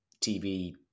TV